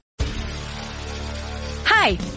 Hi